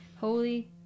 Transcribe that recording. Holy